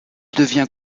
devient